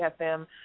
FM